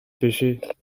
pêchait